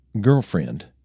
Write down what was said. girlfriend